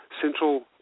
Central